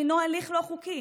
שהוא הליך לא חוקי.